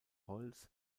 holz